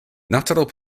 natural